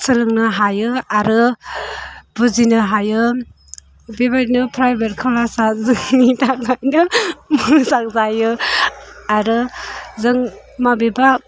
सोलोंनो हायो आरो बुजिनो हायो बेबायदिनो प्रायभेट क्लासआ जोंनि थाखाय दा मोजां जायो आरो जों बबेबा